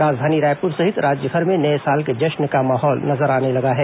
राजधानी रायपुर सहित राज्यभर में नए साल के जश्न का माहौल नजर आने लगा है